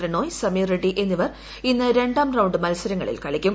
പ്രണോയ് സമീർ റെഡ്ഡി എന്നിവർ ഇന്ന് രണ്ടാം റൌണ്ട് മത്സരങ്ങളിൽ കളിക്കും